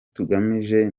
tugamije